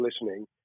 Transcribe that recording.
listening